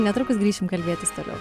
netrukus grįšim kalbėtis toliau